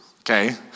Okay